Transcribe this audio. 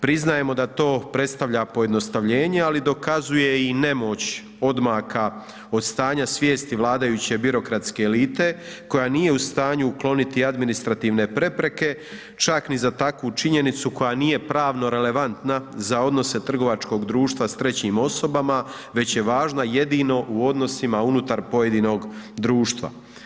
Priznajemo da to predstavlja pojednostavljenje, ali dokazuje i nemoć odmaka od stanja svijesti vladajuće birokratske elite koja nije u stanju ukloniti administrativne prepreke, čak ni za takvu činjenicu koja nije pravno relevantna za odnose trgovačkog društva s trećim osobama, već je važna jedino u odnosima unutar pojedinog društva.